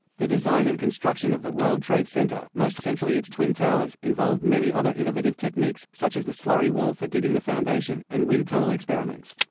the design and construction of the world trade center, most centrally its twin towers, involved many other innovative techniques, such as the slurry wall for digging the foundation, and wind tunnel experiments.